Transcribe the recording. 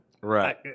Right